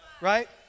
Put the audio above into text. right